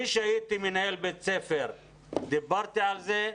כשהייתי מנהל בית ספר דיברתי על זה,